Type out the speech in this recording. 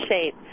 shape